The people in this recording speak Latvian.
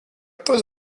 tos